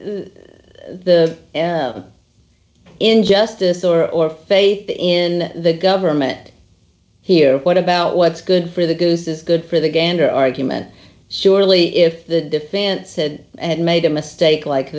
the injustice or faith in the government here what about what's good for the goose is good for the gander argument surely if the defense said and made a mistake like